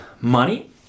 money